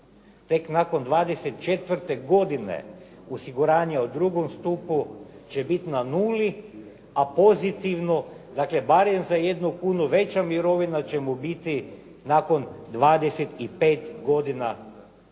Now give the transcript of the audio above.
Tek nakon 24. godine osiguranje u drugom stupu će biti na nuli a pozitivno dakle barem za jednu kunu veća mirovina će mu biti nakon 25 godina plaćanja